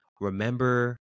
Remember